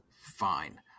Fine